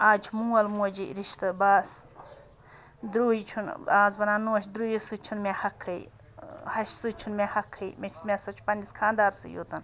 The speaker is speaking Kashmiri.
آز چھِ مول موجی رِشتہٕ بَس دُرٛے چھُنہٕ آز وَنان نۄش دُرٛیِس سۭتۍ چھِنہٕ مےٚ حقٕے ہَشہِ سۭتۍ چھُنہٕ مےٚ حَقٕے مےٚ چھِ مےٚ ہسا چھُ پَنٛنِس خانٛدارسٕے یوت